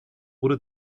oder